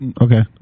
Okay